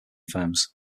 firms